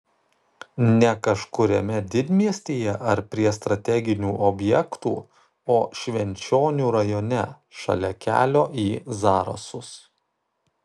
ne kažkuriame didmiestyje ar prie strateginių objektų o švenčionių rajone šalia kelio į zarasus